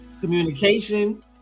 communication